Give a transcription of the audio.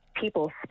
people